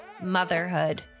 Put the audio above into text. motherhood